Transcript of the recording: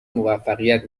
موفقیت